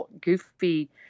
goofy